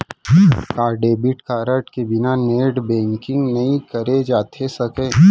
का debit card के बिना नेट बैंकिंग नई करे जाथे सके?